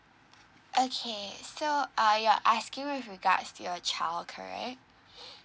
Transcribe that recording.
okay so uh you're asking with regards to your child correct